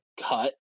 cut